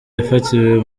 yafatiwe